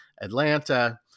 Atlanta